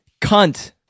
Cunt